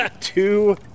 two